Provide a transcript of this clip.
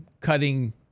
cutting